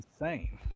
insane